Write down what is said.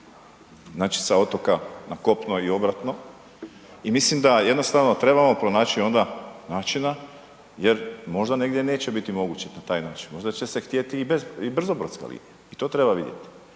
znači sa otoka na kopno i obratno i mislim da jednostavno trebamo pronaći onda načina jer možda negdje neće biti moguće na taj način, možda će se htjeti i brzobrodska linija. I to treba vidjeti.